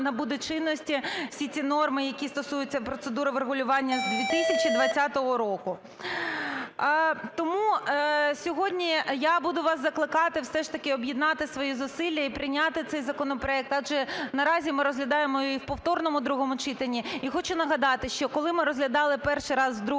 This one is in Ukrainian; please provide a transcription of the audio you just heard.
набуде чинності, всі ці норми, які стосуються процедури врегулювання, з 2020 року. Тому сьогодні я буду вас закликати все ж таки об'єднати свої зусилля і прийняти цей законопроект, адже наразі ми розглядаємо і в повторному другому читанні. І хочу нагадати, що, коли ми розглядали перший раз в другому